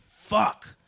Fuck